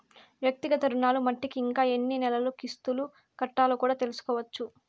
వ్యక్తిగత రుణాలు మట్టికి ఇంకా ఎన్ని నెలలు కిస్తులు కట్టాలో కూడా తెల్సుకోవచ్చు